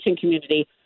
community